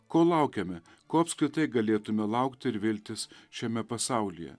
ko laukiame ko apskritai galėtume laukti ir viltis šiame pasaulyje